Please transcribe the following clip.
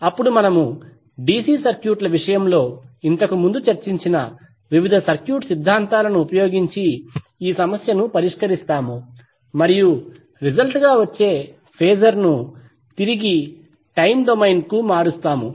అప్పుడు మనము డిసి సర్క్యూట్ల విషయంలో ఇంతకుముందు చర్చించిన వివిధ సర్క్యూట్ సిద్ధాంతాలను ఉపయోగించి ఈ సమస్యను పరిష్కరిస్తాము మరియు రిసల్ట్ గా వచ్చే ఫేజర్ను తిరిగి టైమ్ డొమైన్ కు మారుస్తాము